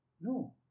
No